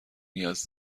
نیاز